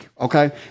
Okay